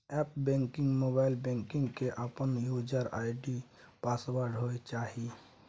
app banking, mobile banking के अपन user ID password होय चाहिए